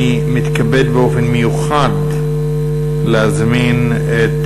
אני מתכבד באופן מיוחד להזמין את